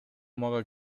мага